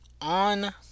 On